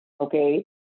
Okay